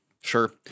sure